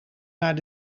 naar